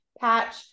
patch